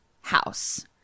house